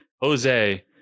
Jose